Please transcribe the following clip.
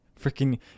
freaking